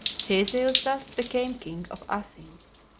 theseus thus became king of athens.